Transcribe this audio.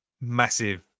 massive